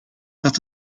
dat